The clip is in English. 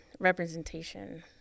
representation